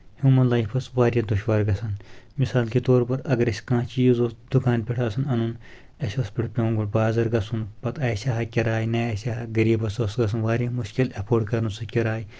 human life اوس واریاہ دۄشوار گژھان مِثال کے طور پر اگر اسہِ کانٛہہ چیٖز اوس دُکان پؠٹھ آسان اَنُن اَسہِ اوس پؠٹھ پیوان گۄڈٕ بازر گژھُن پَتہٕ آسہِ ہا کِراے نہ آسہِ ہا غریٖب سُہ اوس گژھُن واریاہ مُشکِل ایفٲڈ کرُن سُہ کِراے